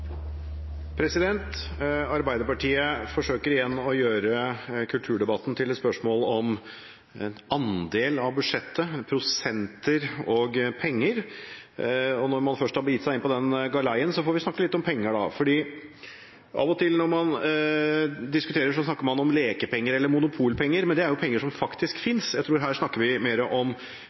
replikkordskifte. Arbeiderpartiet forsøker igjen å gjøre kulturdebatten til et spørsmål om en andel av budsjettet, prosenter og penger, og når man først har begitt seg inn på den galeien, får vi snakke litt om penger, da. Av og til når man diskuterer, snakker man om lekepenger eller monopolpenger, men det er jo penger som faktisk finnes. Jeg tror at vi her snakker mer om